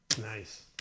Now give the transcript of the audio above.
Nice